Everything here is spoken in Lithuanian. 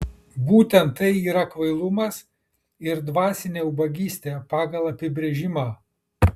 būtent tai yra kvailumas ir dvasinė ubagystė pagal apibrėžimą